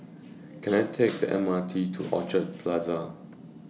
Can I Take The M R T to Orchard Plaza